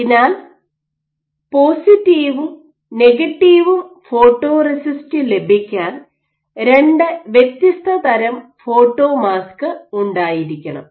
അതിനാൽ പോസിറ്റീവും നെഗറ്റീവും ഫോട്ടോറെസിസ്റ്റ് ലഭിക്കാൻ രണ്ട് വ്യത്യസ്ത തരം ഫോട്ടോമാസ്ക് ഉണ്ടായിരിക്കണം